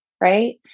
right